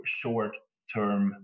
short-term